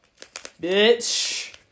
Bitch